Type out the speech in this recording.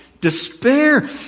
despair